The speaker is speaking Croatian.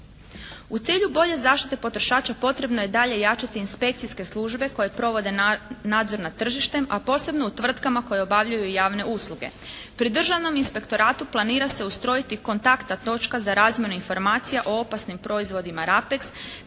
U cilju bolje zaštite potrošača potrebno je dalje jačati inspekcijske službe koje provode nadzor nad tržištem, a posebno u tvrtkama koje obavljaju i javne usluge. Pri državnom inspektoratu planira se ustrojiti kontaktna točka za razmjenu informacija o opasnim proizvodima …